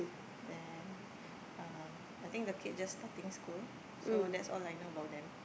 then uh I think the kid just starting school so that's all I know about them